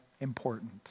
important